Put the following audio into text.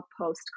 post